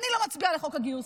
אני לא מצביעה על חוק הגיוס,